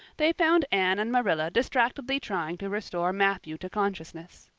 they found anne and marilla distractedly trying to restore matthew to consciousness.